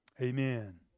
amen